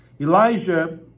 Elijah